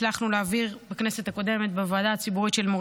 הצלחנו להעביר בכנסת הקודמת בוועדה הציבורית של מור